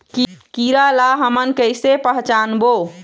कीरा ला हमन कइसे पहचानबो?